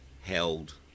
held